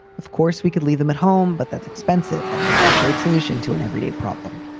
of course, we could leave them at home, but that's expensive and not a great solution to an everyday problem.